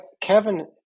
Kevin